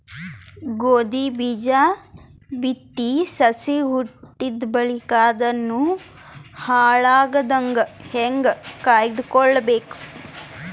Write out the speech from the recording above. ಗೋಧಿ ಬೀಜ ಬಿತ್ತಿ ಸಸಿ ಹುಟ್ಟಿದ ಬಳಿಕ ಅದನ್ನು ಹಾಳಾಗದಂಗ ಹೇಂಗ ಕಾಯ್ದುಕೊಳಬೇಕು?